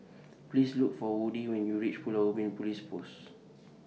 Please Look For Woodie when YOU REACH Pulau Ubin Police Post